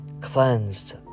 cleansed